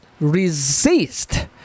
resist